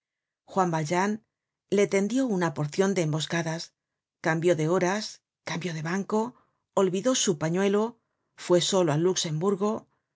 juan valjean le tendió una porcion de emboscadas cambió de horas cambió de banco olvidó su pañuelo fué solo al luxemburgo